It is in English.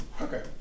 Okay